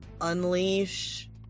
unleash